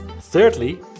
Thirdly